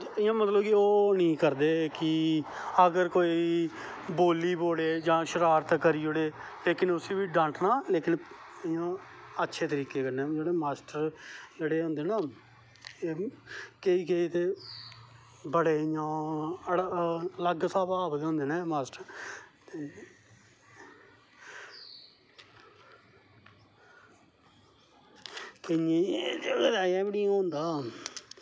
इयां मतलव ओह् नी करदे हे कि अगर कोई बोल्ली ओड़े जां शरारत करी ओड़े लेकिन उसी बी डांटनां लेकिन अच्छे तरीके कन्नै मतलव माश्टर जेह्ड़े होंदे ना बड़े इयां अलग स्वभाव दे होंदे न माश्टर केइयें गी ते अज़ैं बी नी ओह् होंदा